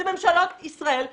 זה ממשלות ישראל לדורותיהן.